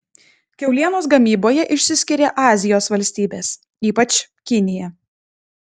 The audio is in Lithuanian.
kiaulienos gamyboje išsiskiria azijos valstybės ypač kinija